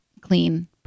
clean